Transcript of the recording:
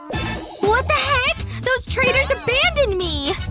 what the heck? those traitors abandoned me!